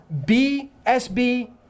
BSB